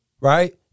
right